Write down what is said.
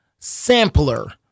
sampler